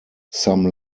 some